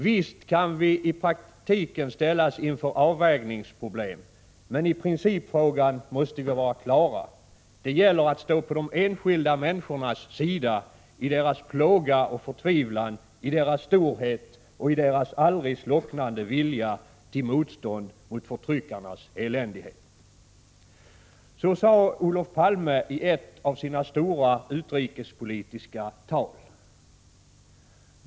Visst kan vi i praktiken ställas inför avvägningsproblem. Men i principfrågan måste vi vara klara: Det gäller att stå på de enskilda människornas sida i deras plåga och förtvivlan, i deras storhet och i deras aldrig slocknande vilja till motstånd mot förtryckarnas eländighet. Så sade Olof Palme i ett av sina stora utrikespolitiska tal.